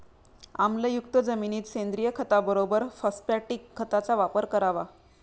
आम्लयुक्त जमिनीत सेंद्रिय खताबरोबर फॉस्फॅटिक खताचा वापर करावा